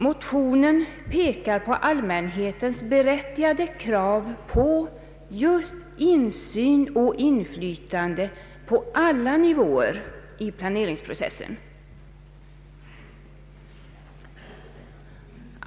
Motionerna framhåller allmänhetens berättigade krav på just insyn och inflytande över alla nivåer i planeringsprocessen.